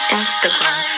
instagram